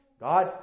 God